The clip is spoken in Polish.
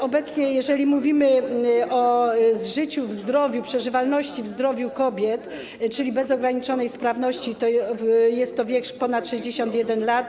Obecnie jeżeli mówimy o życiu w zdrowiu, przeżywalności w zdrowiu kobiet, czyli bez ograniczonej sprawności, jest to wiek ponad 61 lat.